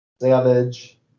Savage